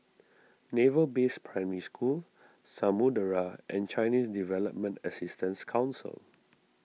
Naval Base Primary School Samudera and Chinese Development Assistance Council